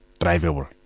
drivable